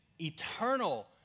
eternal